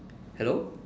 hello